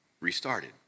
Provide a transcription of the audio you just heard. restarted